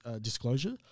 disclosure